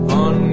on